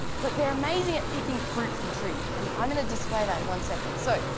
but they're amazing at picking fruit from trees. and i'm gonna display that in one second. so,